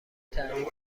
تعریف